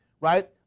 right